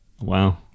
Wow